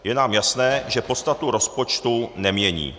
Je nám jasné, že podstatu rozpočtu nemění.